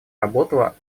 работала